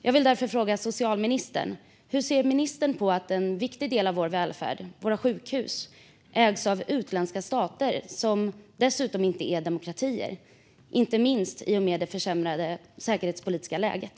Jag vill därför fråga socialministern hur hon ser på att en viktig del av vår välfärd, våra sjukhus, ägs av utländska stater, som dessutom inte är demokratier, inte minst i och med det försämrade säkerhetspolitiska läget?